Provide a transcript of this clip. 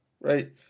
right